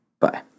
Bye